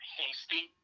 hasty